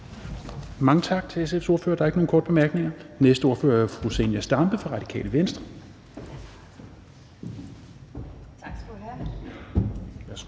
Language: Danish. Mange tak til SF's ordfører. Der er ikke nogen korte bemærkninger. Den næste ordfører er fru Zenia Stampe fra Radikale Venstre. Kl.